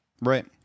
Right